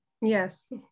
Yes